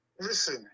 Listen